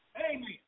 Amen